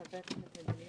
הישיבה ננעלה